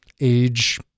age